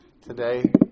today